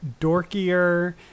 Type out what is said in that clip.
Dorkier